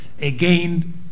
again